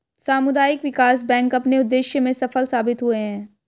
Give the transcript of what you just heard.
सामुदायिक विकास बैंक अपने उद्देश्य में सफल साबित हुए हैं